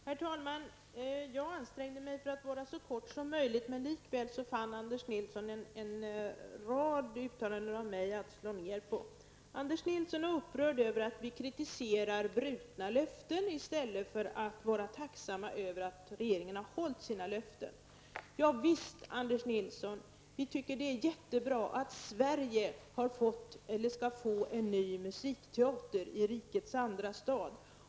Herr talman! Jag ansträngde mig för att vara så kort som möjligt men likväl fann Anders Nilsson en rad uttalanden av mig att slå ned på. Anders Nilsson är upprörd över att vi kritiserar brutna löften i stället för att vara tacksamma över att regeringen har hållit sina löften. Javisst, Anders Nilsson, vi tycker att det är jätte bra att Sverige skall få en ny musikteater i rikets andra stad.